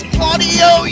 Claudio